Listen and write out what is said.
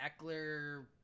Eckler